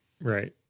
right